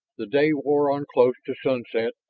the day wore on close to sunset,